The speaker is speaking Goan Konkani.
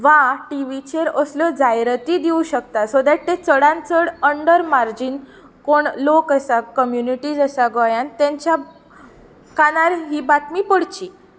वा टिव्हीचेर असल्यो जायराती दिवं शकता सो देट तें चडान चड अंडर मार्जीन कोण लोक आसा कम्युनिटीस आसात गोंयांत तेंच्या कानार ही बातमी पडची